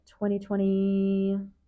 2020